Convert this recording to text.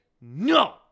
No